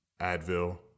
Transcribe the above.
Advil